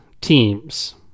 teams